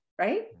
right